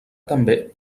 també